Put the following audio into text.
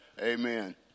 Amen